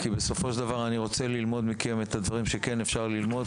כי בסופו של דבר אני רוצה ללמוד מכם את הדברים שכן אפשר ללמוד,